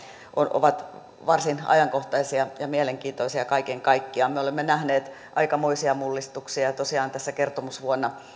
ovat varsin ajankohtaisia ja mielenkiintoisia kaiken kaikkiaan me olemme nähneet aikamoisia mullistuksia ja tosiaan tässä kertomusvuonna